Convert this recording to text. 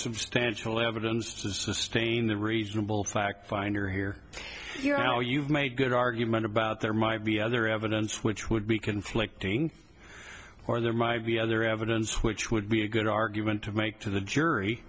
substantial evidence to sustain the reasonable fact finder here you know you've made good argument about there might be other evidence which would be conflicting or there might be other evidence which would be a good argument to make to the jury